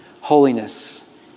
holiness